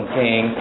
king